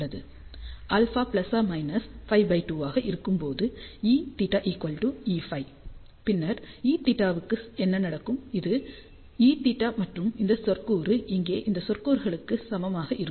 alpha ± π 2 ஆக இருக்கும்போது Eθ Eφ பின்னர் Eθ க்கு என்ன நடக்கும் இது Eθ மற்றும் இந்த சொற்கூறு இங்கே இந்த சொற்கூறுக்கு சமமாக இருக்கும்